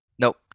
Nope